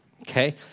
Okay